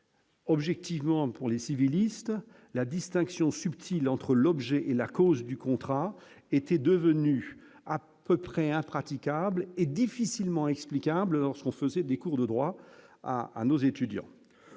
Objectivement, pour les civilistes, la distinction subtile entre l'objet et la cause du contrat était devenue à peu près impraticable et difficilement explicable lorsqu'on faisait des cours de droit à à nos étudiants,